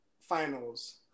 finals